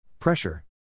Pressure